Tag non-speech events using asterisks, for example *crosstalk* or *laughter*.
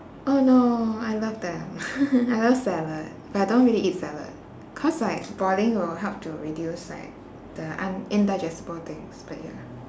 oh no I love them *laughs* I love salad but I don't really eat salad cause like boiling will help to reduce like the un~ indigestible things but ya